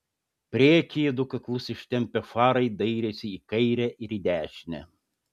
priekyje du kaklus ištempę farai dairėsi į kairę ir į dešinę